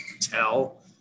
tell